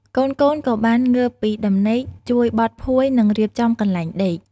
កូនៗក៏បានងើបពីដំណេក ជួយបត់ភួយ និងរៀបចំកន្លែងដេក។